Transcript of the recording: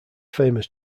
famous